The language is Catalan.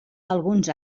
alguns